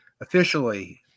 Officially